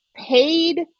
paid